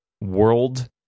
world